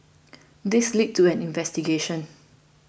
this led to an investigation